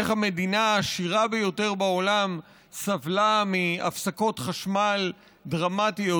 איך המדינה העשירה ביותר בעולם סבלה מהפסקות חשמל דרמטיות,